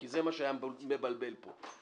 כי זה מה שהיה מבלבל פה.